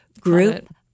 group